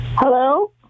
Hello